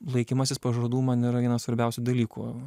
laikymasis pažadų man yra vienas svarbiausių dalykų